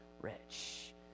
rich